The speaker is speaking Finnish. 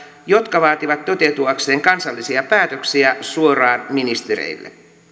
jotka vaativat toteutuakseen kansallisia päätöksiä suoraan ministereille